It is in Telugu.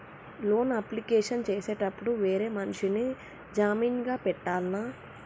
లోన్ అప్లికేషన్ చేసేటప్పుడు వేరే మనిషిని జామీన్ గా పెట్టాల్నా?